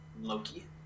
Loki